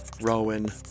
Rowan